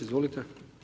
Izvolite.